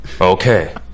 Okay